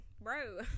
bro